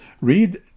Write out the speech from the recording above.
Read